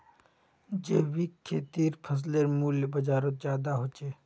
जैविक खेतीर फसलेर मूल्य बजारोत ज्यादा होचे